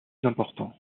important